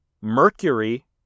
Mercury